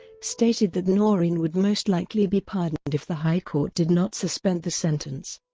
stated that noreen would most likely be pardoned if the high court did not suspend the sentence.